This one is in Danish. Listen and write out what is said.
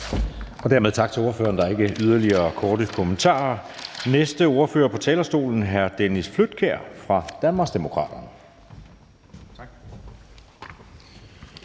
Dermed tak til ordføreren. Der er ikke yderligere korte bemærkninger. Den næste ordfører på talerstolen er hr. Dennis Flydtkjær fra Danmarksdemokraterne.